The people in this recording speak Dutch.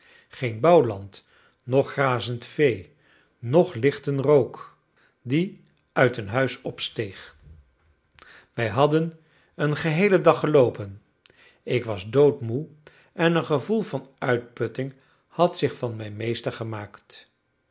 geen bouwland noch grazend vee noch lichten rook die uit een huis opsteeg wij hadden een geheelen dag geloopen ik was doodmoê en een gevoel van uitputting had zich van mij meester gemaakt